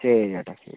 ശരി ചേട്ടാ ശരി